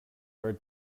our